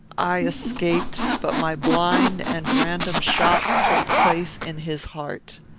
i escaped, but my blind and random shot took place in his heart.